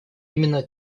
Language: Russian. именно